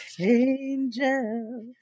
Angel